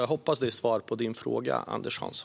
Jag hoppas att det är svar på din fråga, Anders Hansson.